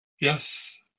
Yes